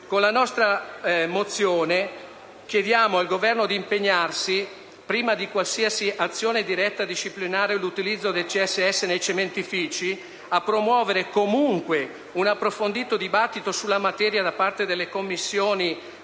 Con la nostra mozione chiediamo al Governo di impegnarsi, prima di qualsiasi azione diretta, a disciplinare l'utilizzo del CSS nei cementifici, a promuovere comunque un approfondito dibattito sulla materia da parte delle Commissioni